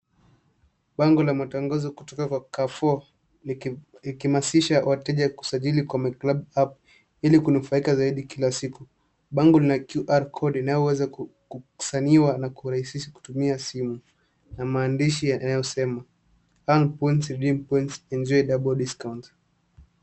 Bango na matangazo kutoka kwa Carrefour likimaasisha wateja kusajili kwa MyClub app ili kunufaika zaidi kila siku. Bango lina QR code inayoweza kusaniwa na kurahisisha kutumia simu. Na maandishi yanayo sema, hang points, redeem points, enjoy double discount .